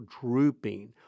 drooping